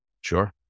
Sure